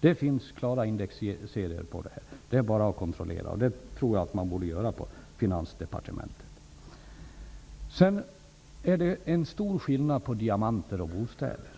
Det finns klara indexserier som belägger detta. Det är bara att kontrollera, och det tror jag att man på Finansdepartementet borde göra. Det finns en stor skillnad mellan diamanter och bostäder.